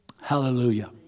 Hallelujah